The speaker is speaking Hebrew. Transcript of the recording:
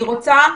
אני רוצה,